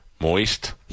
moist